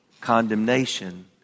condemnation